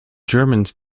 germans